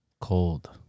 Cold